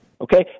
okay